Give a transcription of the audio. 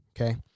okay